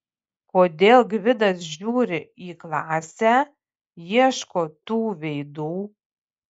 kodėl gvidas žiūri į klasę ieško tų veidų